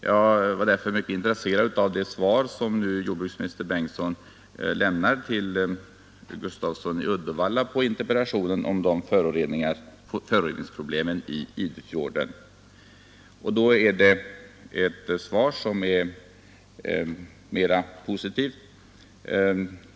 Jag har därför varit mycket intresserad av det svar som jordbruksminister Bengtsson lämnat till herr Gustafsson i Uddevalla på hans interpellation om föroreningsproblemen i Idefjorden. I år är svaret mera positivt.